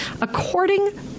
According